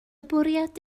bwriad